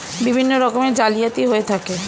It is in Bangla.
বিভিন্ন রকমের জালিয়াতি হয়ে থাকে